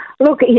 Look